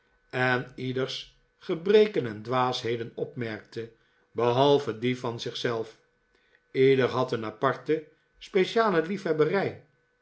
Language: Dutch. en ieders gebreken en dwaasheden opmerkte behalve die van zich zelf ieder had een aparte speciale liefhebberij